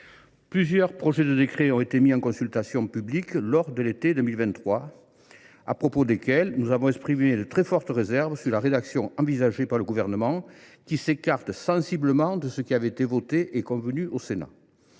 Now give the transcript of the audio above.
Plusieurs projets de décret ont été mis en consultation publique à l’été 2023 ; à cette occasion, nous avons émis de très fortes réserves quant à la rédaction envisagée par le Gouvernement, qui s’écarte sensiblement du texte qui avait été voté et convenu au Sénat.